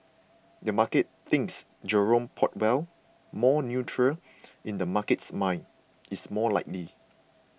the market thinks Jerome Powell more neutral in the market's mind is more likely